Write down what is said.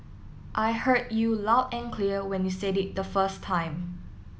I heard you loud and clear when you said it the first time